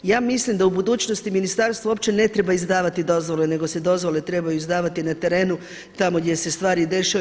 Ja mislim da u budućnosti ministarstvo uopće ne treba izdavati dozvole nego se dozvole trebaju izdavati na terenu tamo gdje se stvari dešavaju.